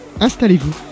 Installez-vous